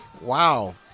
Wow